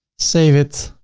save it.